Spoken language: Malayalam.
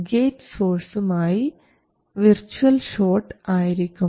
ഗേറ്റ് സോഴ്സും ആയി വിർച്വൽ ഷോട്ട് ആയിരിക്കും